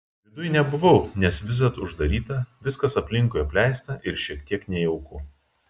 viduj nebuvau nes visad uždaryta viskas aplinkui apleista ir šiek tiek nejauku